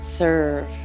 serve